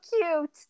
cute